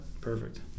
Perfect